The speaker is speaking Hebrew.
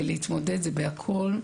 ולהתמודד זה בכול,